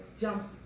jumps